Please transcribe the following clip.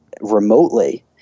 remotely